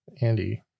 Andy